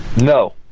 no